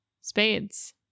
Spades